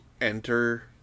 enter